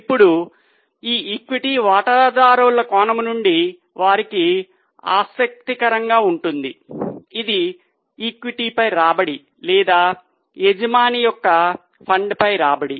ఇప్పుడు ఈక్విటీ వాటాదారుల కోణం నుండి వారికి ఆసక్తికరంగా ఉంటుంది ఇది ఈక్విటీపై రాబడి లేదా యజమాని యొక్క ఫండ్పై రాబడి